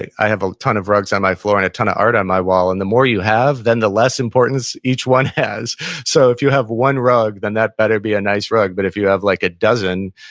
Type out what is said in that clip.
i have a ton of rugs on my floor and a ton of art on my wall, and the more you have then the less importance each one has so if you have one rug, then that better be a nice rug. but if you have like a dozen,